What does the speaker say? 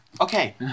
Okay